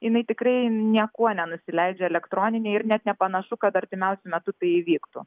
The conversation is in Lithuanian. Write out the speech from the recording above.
jinai tikrai niekuo nenusileidžia elektroninei ir net nepanašu kad artimiausiu metu tai įvyktų